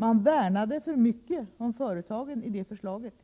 Man värnade enligt min mening för mycket om företagen i det förslaget,